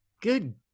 Good